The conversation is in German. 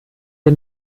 der